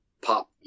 pop